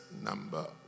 number